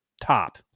top